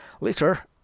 Later